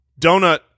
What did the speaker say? donut